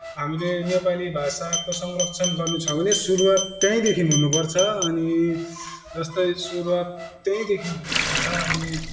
हामीले नेपाली भाषाको संरक्षन गर्नु छ भने सुरुवात त्यहीँदेखि हुनुपर्छ अनि जस्तै सुरुवात त्यहीँदेखि हुनुपर्छ